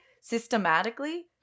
systematically